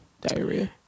diarrhea